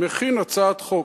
מכין הצעת חוק,